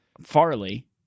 Farley